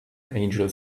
angel